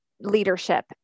leadership